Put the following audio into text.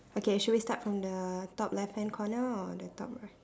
okay should we start from the top left hand corner or the top right